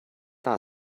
not